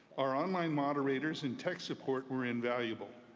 our online moderators and tech support were invaluable.